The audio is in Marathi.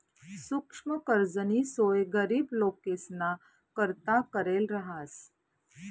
सुक्ष्म कर्जनी सोय गरीब लोकेसना करता करेल रहास